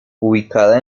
ubicada